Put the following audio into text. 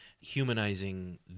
humanizing